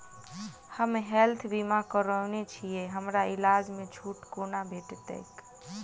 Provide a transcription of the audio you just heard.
हम हेल्थ बीमा करौने छीयै हमरा इलाज मे छुट कोना भेटतैक?